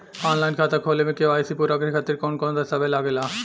Online खाता खोले में के.वाइ.सी पूरा करे खातिर कवन कवन दस्तावेज लागे ला?